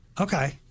Okay